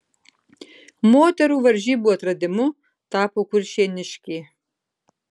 moterų varžybų atradimu tapo kuršėniškė